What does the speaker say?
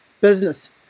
business